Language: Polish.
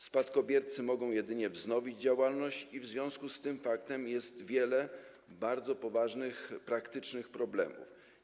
Spadkobiercy mogą jedynie wznowić działalność i w związku z tym faktem jest wiele bardzo poważnych, praktycznych problemów.